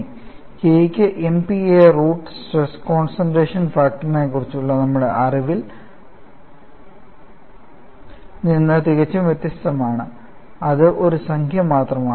K ക്ക് MPa root മീറ്ററിന്റെ ഒരു യൂണിറ്റ് ഉണ്ടെന്ന് ഞാൻ ഇതിനകം സൂചിപ്പിച്ചിട്ടുണ്ട് ഇത് സ്ട്രെസ് കോൺസൺട്രേഷൻ ഫാക്ടറിനെക്കുറിച്ചുള്ള നമ്മുടെ അറിവിൽ നിന്ന് തികച്ചും വ്യത്യസ്തമാണ് അത് ഒരു സംഖ്യ മാത്രമാണ്